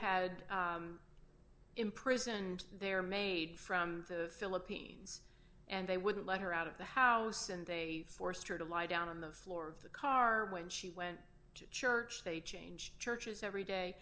had imprisoned there made from the philippines and they wouldn't let her out of the house and they forced her to lie down on the floor of the car when she went to church they changed churches every day